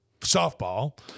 softball